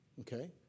okay